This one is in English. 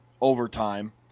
overtime